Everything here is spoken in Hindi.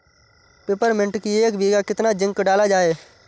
पिपरमिंट की एक बीघा कितना जिंक डाला जाए?